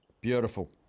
Beautiful